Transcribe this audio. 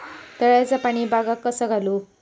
तळ्याचा पाणी बागाक कसा घालू?